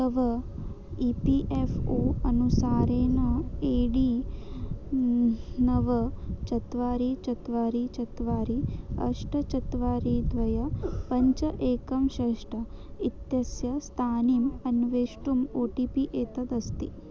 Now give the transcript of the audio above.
तव E P F O अनुसरण A D नव चत्वारि चत्वारि चत्वारि अष्ट चत्वारि द्वे पञ्च एकं षट् इत्यस्य स्थितिम् अन्वेष्टुम् ओ टि पि एतदस्ति